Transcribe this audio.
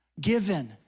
given